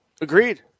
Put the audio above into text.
Agreed